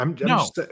No